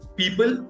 people